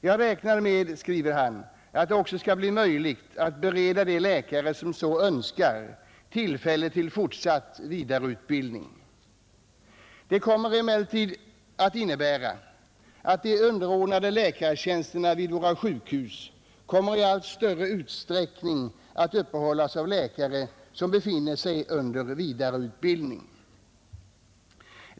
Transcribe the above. Jag räknar med”, skriver han, ”att det också skall bli möjligt att bereda de läkare som så önskar tillfälle till fortsatt vidareutbildning. Detta innebär emellertid att de underordnade läkartjänsterna vid våra sjukhus i allt större utsträckning kommer att uppehållas av läkare som befinner sig under vidareutbildning.